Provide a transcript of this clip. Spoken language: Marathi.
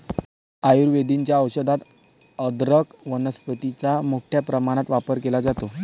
आयुर्वेदाच्या औषधात अदरक वनस्पतीचा मोठ्या प्रमाणात वापर केला जातो